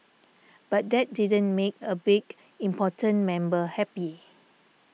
but that didn't make a big important member happy